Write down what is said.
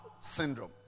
Syndrome